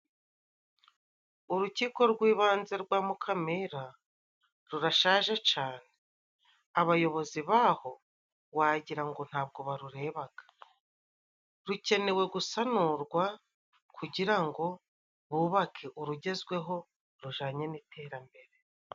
Urukiko rw'ibanze rwa Mukamira rurashaje cane, abayobozi baho wagira ngo ntabwo barurebaga, rukenewe gusanurwa kugira ngo bubake urugezweho rujanye n'iterambere.